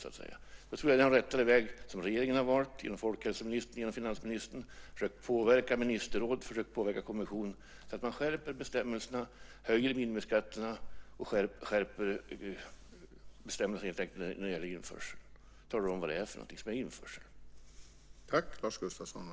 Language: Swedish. Jag tror att det är en rättare väg som regeringen har valt genom folkhälsoministern och finansministern, nämligen att försöka påverka ministerrådet och kommissionen att skärpa bestämmelserna när det gäller införsel och tala om vad som är införsel samt att höja minimiskatterna.